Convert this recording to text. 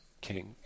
king